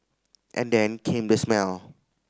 and then came the smell